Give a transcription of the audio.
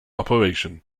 operation